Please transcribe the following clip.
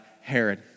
Herod